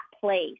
place